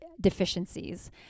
deficiencies